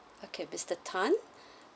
okay mister tan